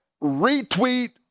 retweet